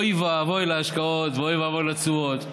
אוי ואבוי להשקעות ואוי ואבוי לתשואות.